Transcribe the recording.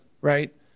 right